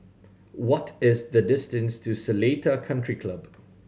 what is the distance to Seletar Country Club